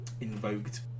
invoked